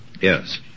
Yes